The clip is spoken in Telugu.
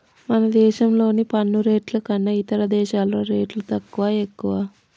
మన దేశంలోని పన్ను రేట్లు కన్నా ఇతర దేశాల్లో రేట్లు తక్కువా, ఎక్కువా